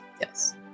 Yes